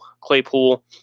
Claypool